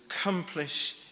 accomplish